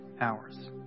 hours